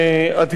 אדוני היושב-ראש,